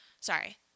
Sorry